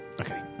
Okay